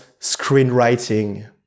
screenwriting